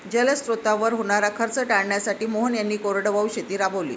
जलस्रोतांवर होणारा खर्च टाळण्यासाठी मोहन यांनी कोरडवाहू शेती राबवली